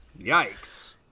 Yikes